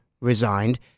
resigned